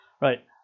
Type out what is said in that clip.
Right